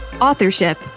Authorship